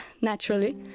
naturally